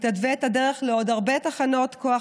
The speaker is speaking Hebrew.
היא תתווה את הדרך לעוד הרבה תחנות כוח